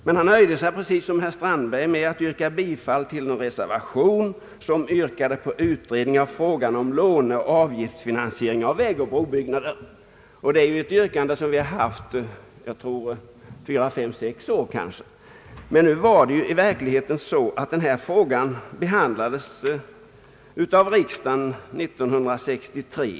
Men han nöjde sig precis som herr Strandberg med att yrka bifall till en reservation som begärde utredning av frågan om låneoch avgiftsfinansiering av vägoch brobyggnader. Det är ett yrkande som man haft fyra, fem eller sex år. Frågan behandlades emellertid av riksdagen redan 1963.